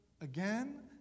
again